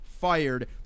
fired